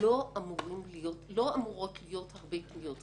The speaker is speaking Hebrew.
לא אמורות להיות הרבה פניות כאלה.